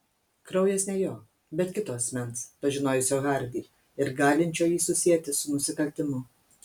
kraujas ne jo bet kito asmens pažinojusio hardį ir galinčio jį susieti su nusikaltimu